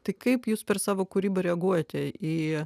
tai kaip jūs per savo kūrybą reaguojate į